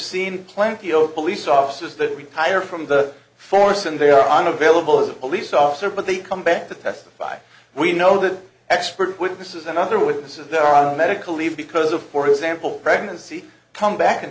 seen plenty o police officers that retire from the force and they are unavailable as a police officer but they come back to testify we know that expert witnesses and other witnesses there are medical leave because of for example pregnancy come back